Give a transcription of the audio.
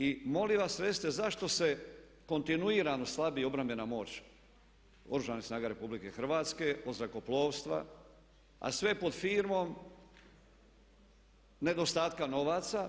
I molim vas recite zašto se kontinuirano slabi obrambena moć Oružanih snaga RH od zrakoplovstva, a sve pod firmom nedostatka novaca?